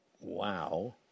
Wow